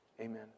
Amen